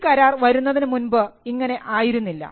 ഈ കരാർ വരുന്നതിനു മുൻപ് ഇങ്ങനെ ആയിരുന്നില്ല